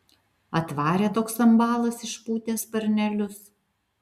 atvarė toks ambalas išpūtęs sparnelius